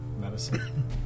medicine